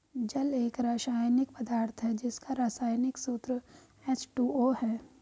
जल एक रसायनिक पदार्थ है जिसका रसायनिक सूत्र एच.टू.ओ है